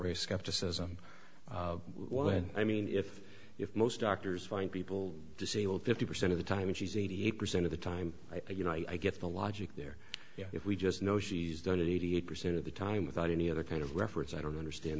a skepticism when i mean if if most doctors find people disabled fifty percent of the time she's eighty eight percent of the time i think you know i get the logic there if we just know she's done it eighty eight percent of the time without any other kind of reference i don't understand